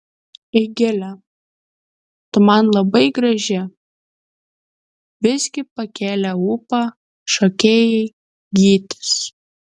eigile tu man labai graži visgi pakėlė ūpą šokėjai gytis